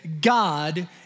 God